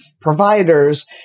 providers